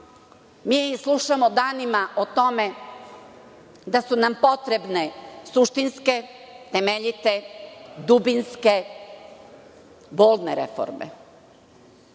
slušamo danima o tome da su nam potrebne suštinske, temeljite, dubinske, bolne reforme.